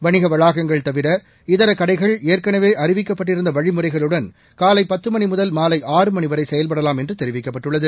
வணிக வளாகங்கள் தவிர இதர கடைகள் ஏற்கனவே அறிவிக்கப்பட்டிருந்த வழிமுறைகளுடன் காலை பத்து மணி முதல் மாலை ஆறு மணி வரை செயல்படலாம் என்று தெரிவிக்கப்பட்டுள்ளது